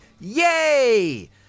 Yay